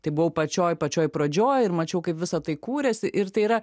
tai buvau pačioj pačioj pradžioj ir mačiau kaip visa tai kūrėsi ir tai yra